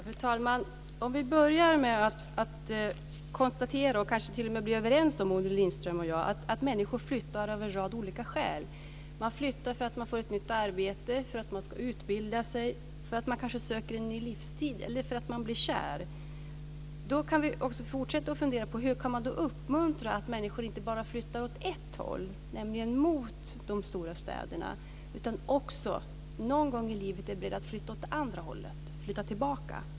Fru talman! Jag börjar med att konstatera - också kanske Olle Lindström och jag kan bli överens om det - att människor flyttar av en rad olika skäl. De flyttar för att de får ett nytt arbete, för att de ska utbilda sig, för att de kanske söker en ny livsstil eller för att de blir kära. Då kan vi fortsätta att fundera på hur man kan uppmuntra människor att inte bara flytta åt ett håll, till de stora städerna, utan också att någon gång i livet flytta också åt det andra hållet.